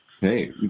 Hey